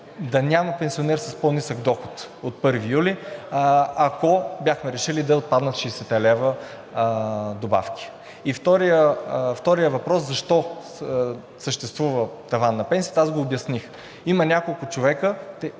да няма пенсионер с по-нисък доход от 1 юли, ако бяхме решили да отпаднат 60-те лв. добавка. Вторият въпрос: защо съществува таван на пенсията, аз го обясних. Има няколко човека,